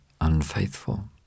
unfaithful